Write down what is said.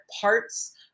parts